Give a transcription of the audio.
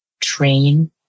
Train